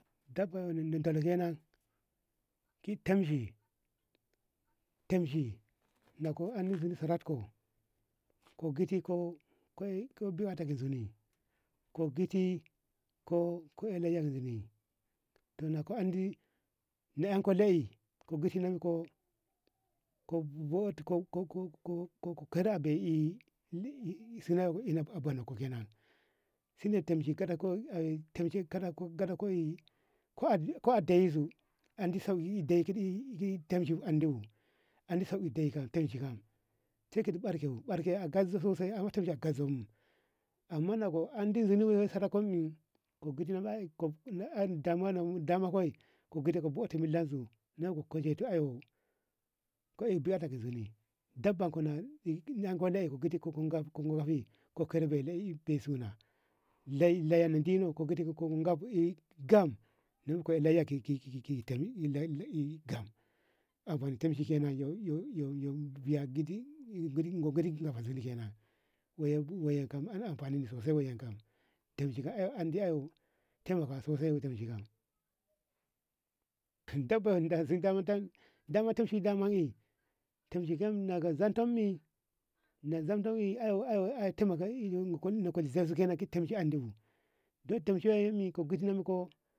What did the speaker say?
kaba na dalo kena ki tamshi- tamshi na go na zuko sara ko giti ko ey ko zoni ko giti ko ka ey layya ka zoni kona ko andi na en ko lai ko giti nonko ko kara abei suna suna abunon kokenan shine tamshi kaga ko ey ko adei zo andi sauki dei di tamshi andibo andi sauki dei kam tamshi kam sai kaji barke bu barke a garzo sosai ato gazomu amman na ko andi zunubu sakako ni ko gidi damuwa daman kawai gidi na bonsu laison ka ey ko ey ko zoni damban ko anko lai bu gidi ka kare ko a bei suna lailai lyan na dino na gidibo ko ga gam ko laya ki ki ki tami tamshi yu yu gigi gigi andi amfani ni sosai waye kam tamshe ay kam tamakan nen ko sosai tamshi kam tabbas daman tamshui daman ey tamshi daman zamtam mi na zantam mi ey ey tamaka ey na kolshentiku tamshi andibo do tamshi meko gidinoko.